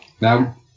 Now